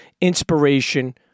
inspiration